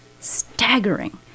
staggering